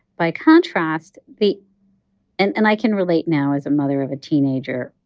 by contrast, the and and i can relate now as a mother of a teenager.